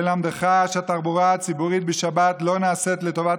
ללמדך שהתחבורה הציבורית בשבת לא נעשית לטובת